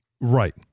right